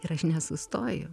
ir aš nesustoju